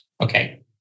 Okay